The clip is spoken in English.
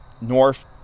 north